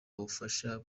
bufasha